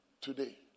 today